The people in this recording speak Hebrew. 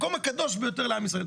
מקום הקדוש ביותר לעם ישראל.